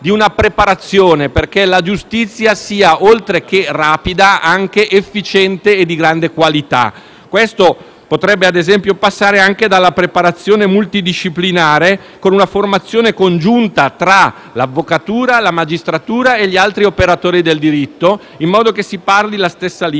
della preparazione affinché la giustizia sia non solo rapida, ma anche efficiente e di grande qualità. Questo potrebbe passare, ad esempio, anche per la preparazione multidisciplinare, con una formazione congiunta tra l'avvocatura, la magistratura e gli altri operatori del diritto, in modo che si parli la stessa lingua